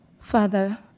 Father